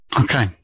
Okay